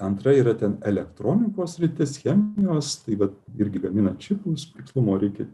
antra yra ten elektronikos sritis chemijos tai vat irgi gamina čipus tikslumo reikia